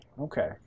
Okay